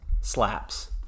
slaps